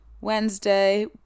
Wednesday